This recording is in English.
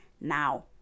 now